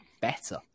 better